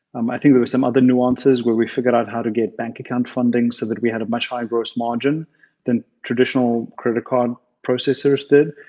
um i think there were some other nuances where we figured out how to get bank account funding so that we had a much higher gross margin than traditional card card processors did.